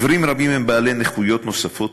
עיוורים רבים הם בעלי נכויות נוספות,